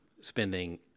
spending